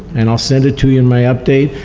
and i'll send it to you in my update,